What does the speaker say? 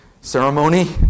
ceremony